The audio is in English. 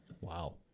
Wow